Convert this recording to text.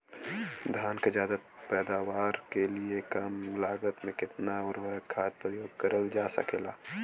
धान क ज्यादा पैदावार के लिए कम लागत में कितना उर्वरक खाद प्रयोग करल जा सकेला?